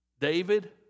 David